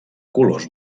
colors